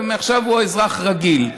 מעכשיו הוא אזרח רגיל.